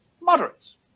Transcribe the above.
moderates